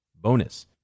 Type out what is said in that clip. bonus